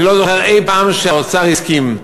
אני לא זוכר שאי-פעם האוצר הסכים.